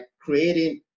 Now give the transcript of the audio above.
creating